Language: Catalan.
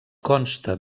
consta